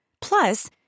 Plus